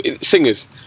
singers